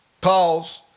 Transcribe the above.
Pause